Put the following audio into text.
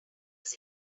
his